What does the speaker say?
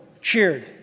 cheered